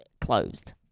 closed